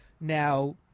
Now